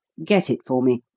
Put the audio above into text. get it for me.